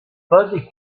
fuzzy